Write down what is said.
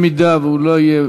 אם הוא לא יהיה